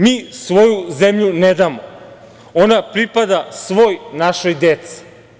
Mi svoju zemlju ne damo, ona pripada svoj našoj deci.